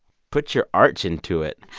put your arch into it.